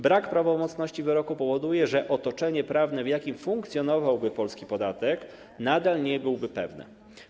Brak prawomocności wyroku powoduje, że otoczenie prawne, w jakim funkcjonowałby polski podatek, nadal nie byłoby pewne.